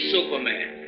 Superman